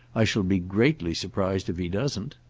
i shall be greatly surprised if he doesn't.